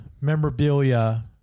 memorabilia